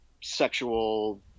sexual